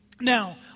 Now